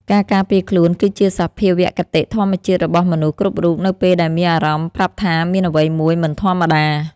ការការពារខ្លួនគឺជាសភាវគតិធម្មជាតិរបស់មនុស្សគ្រប់រូបនៅពេលដែលអារម្មណ៍ប្រាប់ថាមានអ្វីមួយមិនធម្មតា។